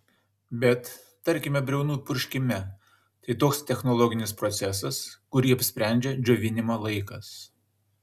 bet tarkime briaunų purškime tai toks technologinis procesas kurį apsprendžia džiovinimo laikas